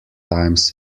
times